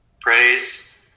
Praise